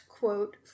quote